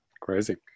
Crazy